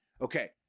okay